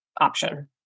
option